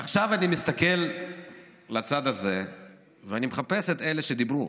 עכשיו אני מסתכל לצד הזה ואני מחפש את אלה שדיברו,